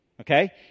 okay